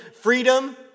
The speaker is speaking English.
Freedom